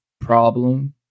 problem